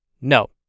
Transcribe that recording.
No